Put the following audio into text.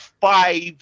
five